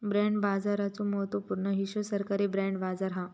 bond बाजाराचो महत्त्व पूर्ण हिस्सो सरकारी बाँड बाजार हा